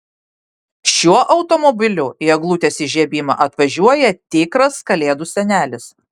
šiuo automobiliu į eglutės įžiebimą atvažiuoja tikras kalėdų senelis